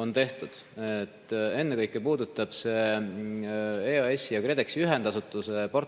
on tehtud. Ennekõike puudutab see EAS‑i ja KredExi ühendasutuse portfellis